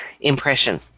impression